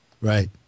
Right